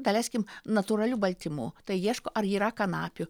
daleiskim natūralių baltymų tai ieško ar yra kanapių